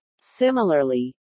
Similarly